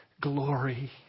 glory